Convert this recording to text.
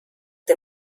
der